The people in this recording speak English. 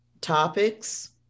topics